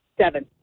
Seven